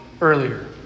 earlier